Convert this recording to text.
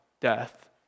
death